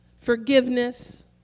forgiveness